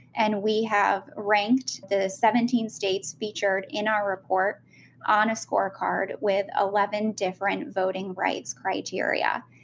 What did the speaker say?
and we have ranked the seventeen states featured in our report on a scorecard with eleven different voting rights criteria,